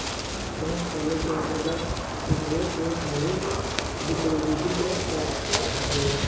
cash flow के अंतर्गत interest rate अउरी लिक्विडिटी के चरचा होला